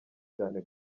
cyane